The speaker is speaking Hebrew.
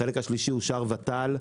החלק השלישי אושר בוות"ל,